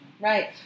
right